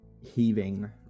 heaving